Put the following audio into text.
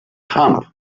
hump